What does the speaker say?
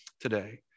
today